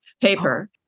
paper